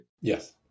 Yes